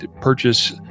purchase